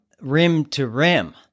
rim-to-rim